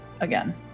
again